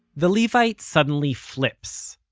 the levite suddenly flips.